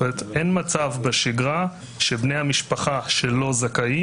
אין מצב בשגרה שבני המשפחה שלו זכאים,